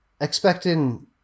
expecting